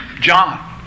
John